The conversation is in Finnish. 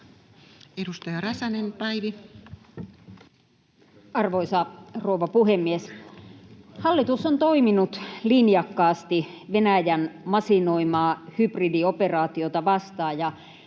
17:19 Content: Arvoisa rouva puhemies! Hallitus on toiminut linjakkaasti Venäjän masinoimaa hybridioperaatiota vastaan.